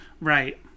right